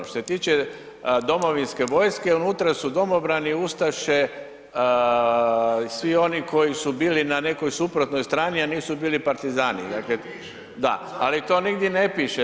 Što se tiče domovinske vojske unutra su domobrani, ustaše, svi oni koji su bili na nekoj suprotnoj strani, a nisu bili partizani, ali to nigdje ne piše.